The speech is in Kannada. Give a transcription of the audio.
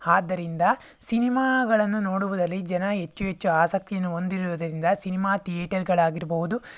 ಆದ್ದರಿಂದ ಸಿನಿಮಾಗಳನ್ನು ನೋಡುವುದರಲ್ಲಿ ಜನ ಹೆಚ್ಚು ಹೆಚ್ಚು ಆಸಕ್ತಿಯನ್ನು ಹೊಂದಿರುವುದರಿಂದ ಸಿನಿಮಾ ಥಿಯೇಟರ್ಗಳಾಗಿರಬಹುದು